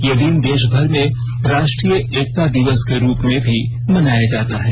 ये दिन देश भर में राष्ट्रीय एकता दिवस के रूप में भी मनाया जाता है